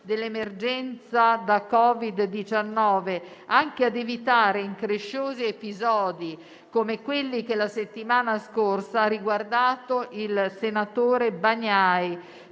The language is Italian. dell'emergenza da Covid-19, anche ad evitare incresciosi episodi come quello che la settimana scorsa ha riguardato il senatore Bagnai.